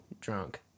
drunk